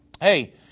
hey